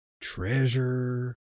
treasure